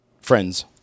friends